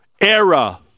era